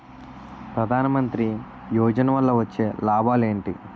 ప్రధాన మంత్రి యోజన వల్ల వచ్చే లాభాలు ఎంటి?